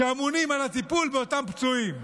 שאמונים על הטיפול באותם פצועים.